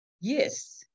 Yes